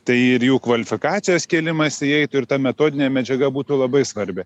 tai ir jų kvalifikacijos kėlimas įeitų ir ta metodinė medžiaga būtų labai svarbi